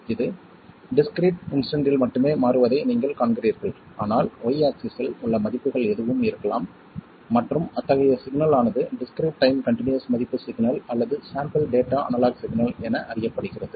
இது டிஸ்க்கிரீட் இன்ஸ்டன்ட்டில் மட்டுமே மாறுவதை நீங்கள் காண்கிறீர்கள் ஆனால் y ஆக்ஸிஸ்ஸில் உள்ள மதிப்புகள் எதுவும் இருக்கலாம் மற்றும் அத்தகைய சிக்னல் ஆனது டிஸ்க்கிரீட் டைம் கன்டினியஸ் மதிப்பு சிக்னல் அல்லது சாம்பிள் டேட்டா அனலாக் சிக்னல் என அறியப்படுகிறது